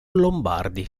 lombardi